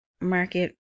market